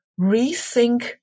rethink